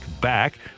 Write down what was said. back